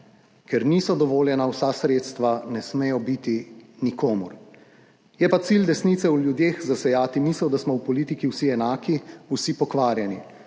ker niso dovoljena vsa sredstva, ne smejo biti nikomur. Je pa cilj desnice v ljudeh zasejati misel, da smo v politiki vsi enaki, vsi pokvarjeni.